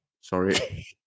Sorry